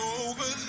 over